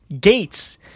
Gates